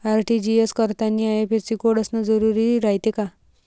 RTGS करतांनी IFSC code असन जरुरी रायते का?